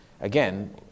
again